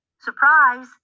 Surprise